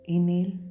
Inhale